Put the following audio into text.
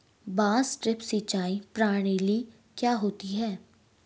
बांस ड्रिप सिंचाई प्रणाली क्या होती है?